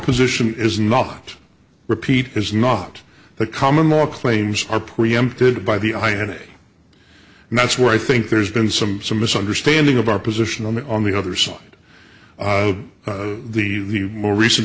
position is not repeat is not the common more claims are preempted by the i and a and that's where i think there's been some some misunderstanding of our position on the on the other side the more recent